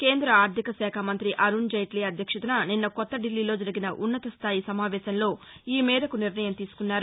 కేంద ఆర్దిక శాఖ మంతి అరుణ్ జైట్లీ అధ్యక్షతన నిన్న కొత్త ఢిల్లీలో జరిగిన ఉన్నత స్థాయి సమావేశంలో ఈ మేరకు నిర్ణయం తీసుకున్నారు